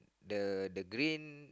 the the green